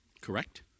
correct